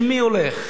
הכסף של מי הולך?